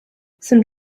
some